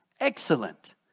Excellent